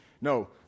No